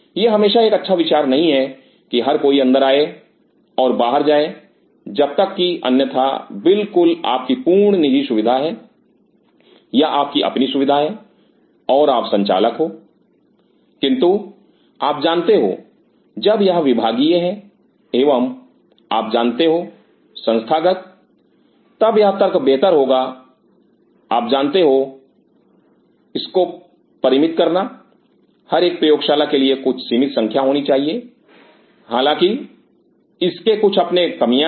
यह हमेशा एक अच्छा विचार नहीं है कि हर कोई अंदर आए और बाहर जाए जब तक कि अन्यथा बिल्कुल आपकी पूर्ण निजी सुविधा है या आपकी अपनी सुविधा है और आप संचालक हो किंतु आप जानते हो जब यह विभागीय है एवं आप जानते हो संस्थान तब यह तर्क बेहतर होगा आप जानते हो को परिमित करना हर एक प्रयोगशाला के लिए कुछ सीमित संख्या होनी चाहिए हालांकि इसके कुछ अपने कमियाँ हैं